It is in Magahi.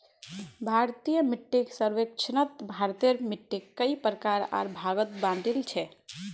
भारतीय मिट्टीक सर्वेक्षणत भारतेर मिट्टिक कई प्रकार आर भागत बांटील छे